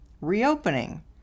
Reopening